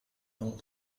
all